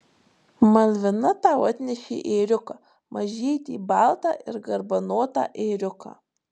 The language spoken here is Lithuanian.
malvina tau atnešė ėriuką mažytį baltą ir garbanotą ėriuką